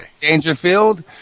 Dangerfield